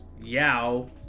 Yao